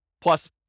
plus